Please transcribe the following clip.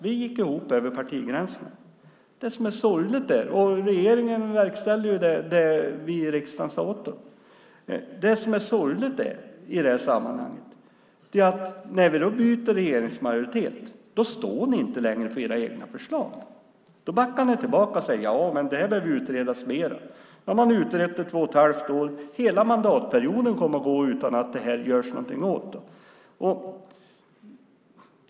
Vi gick ihop över partigränserna. Regeringen verkställde det vi i riksdagen sade åt dem. Det som är sorgligt i det här sammanhanget är att när vi byter regering står ni inte längre för era egna förslag. Då backar ni och säger att detta behöver utredas mer. Nu har man utrett det i två och ett halvt år. Hela mandatperioden kommer att gå utan att det görs något åt detta.